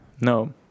No